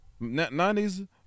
90s